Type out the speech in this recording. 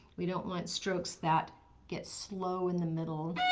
we don't want strokes that get slow in the middle,